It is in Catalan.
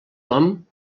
nom